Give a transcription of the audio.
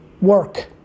Work